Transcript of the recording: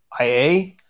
IA